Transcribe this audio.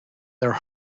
their